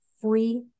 free